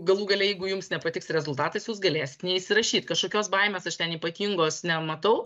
galų gale jeigu jums nepatiks rezultatas jūs galėsit neįsirašyt kažkokios baimės aš ten ypatingos nematau